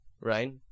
right